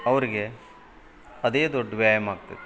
ಅವ್ರಿಗೆ ಅದೇ ದೊಡ್ಡ ವ್ಯಾಯಾಮ ಆಗ್ತೈತಿ